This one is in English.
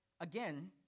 Again